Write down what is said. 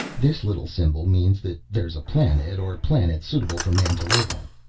this little symbol means that there is a planet or planets suitable for man to live on.